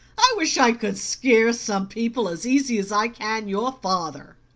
i wish i could scare some people as easy as i can your father.